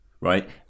Right